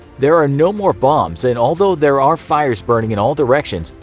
there are no more bombs, and although there are fires burning in all directions,